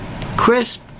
Crisp